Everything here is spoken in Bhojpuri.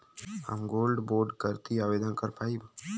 हम गोल्ड बोड करती आवेदन कर पाईब?